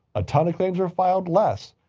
a ton of claims are filed less.